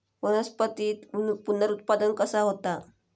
वनस्पतीत पुनरुत्पादन कसा होता?